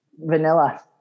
Vanilla